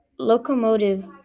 Locomotive